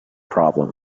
problem